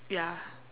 ya